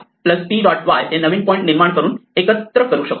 y हे नवीन point निर्माण करून एकत्र करू शकतो